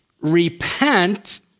repent